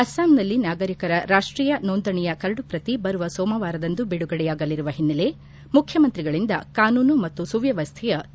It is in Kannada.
ಅಸ್ಲಾಂನಲ್ಲಿ ನಾಗರಿಕರ ರಾಷ್ಟೀಯ ನೋಂದಣಿಯ ಕರಡುಪ್ರತಿ ಬರುವ ಸೋಮವಾರದಂದು ಬಿಡುಗಡೆಯಾಗಲಿರುವ ಹಿನ್ನೆಲೆ ಮುಖ್ಯಮಂತ್ರಿಗಳಿಂದ ಕಾನೂನು ಮತ್ತು ಸುವ್ಲವಸ್ವೆಯ ತುರ್ತು ಪರಾಮರ್ತೆ